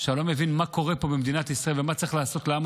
שהעולם יבין מה קורה פה במדינת ישראל ומה צריך לעשות לעם